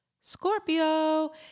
Scorpio